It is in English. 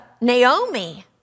Naomi